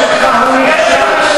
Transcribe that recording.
אתה לא מבין מה אתה מדבר.